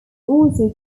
also